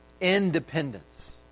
Independence